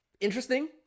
Interesting